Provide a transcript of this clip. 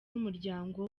umuryango